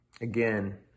again